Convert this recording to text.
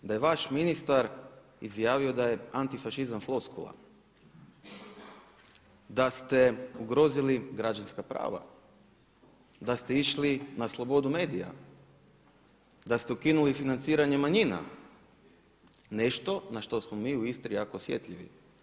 Da je vaš ministar izjavio da je antifašizam floskula, da ste ugrozili građanska prava, da ste išli na slobodu medija, da ste ukinuli financiranje manjina nešto na što smo mi u Istri jako osjetljivi.